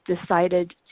decided